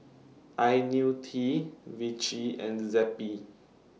Ionil T Vichy and Zappy